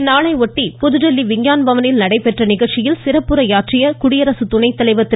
இதையொட்டி புதுதில்லி விஞ்ஞான் பவனில் இன்று நடைபெற்ற நிகழ்ச்சியில் சிறப்புரையாற்றிய குடியரசு துணை தலைவர் திரு